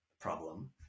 problem